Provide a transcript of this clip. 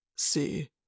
See